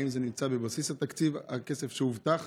האם זה נמצא בבסיס התקציב, הכסף שהובטח?